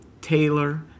Taylor